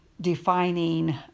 defining